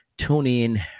TuneIn